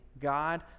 God